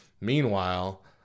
Meanwhile